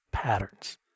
patterns